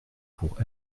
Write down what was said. pour